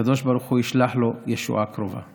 הקדוש ברוך הוא ישלח לו ישועה קרובה.